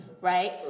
Right